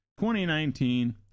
2019